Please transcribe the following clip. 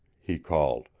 he called.